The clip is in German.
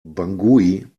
bangui